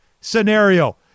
scenario